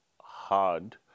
hard